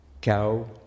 Cow